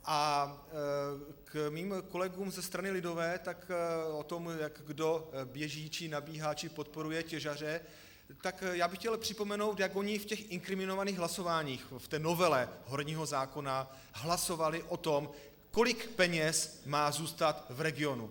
A k mým kolegům ze strany lidové, tak o tom, jak kdo běží či nabíhá či podporuje těžaře, tak bych chtěl připomenout, jak oni v těch inkriminovaných hlasováních v té novele horního zákona hlasovali o tom, kolik peněz má zůstat v regionu.